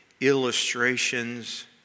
illustrations